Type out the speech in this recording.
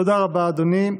תודה רבה, אדוני.